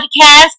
podcast